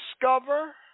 discover